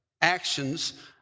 actions